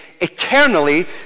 eternally